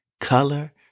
color